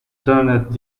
turneth